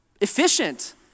efficient